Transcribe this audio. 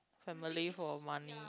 family for a money